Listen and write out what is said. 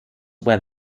where